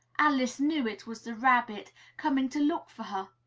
alice knew it was the rabbit coming to look for her